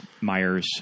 myers